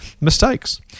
mistakes